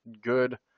good